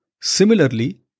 Similarly